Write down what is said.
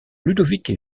ludovic